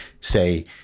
say